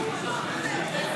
הצבעה כעת.